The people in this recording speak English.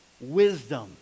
wisdom